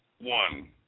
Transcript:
One